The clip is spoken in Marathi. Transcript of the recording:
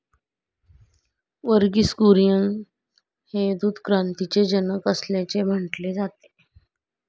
वर्गीस कुरियन हे दूध क्रांतीचे जनक असल्याचे म्हटले जाते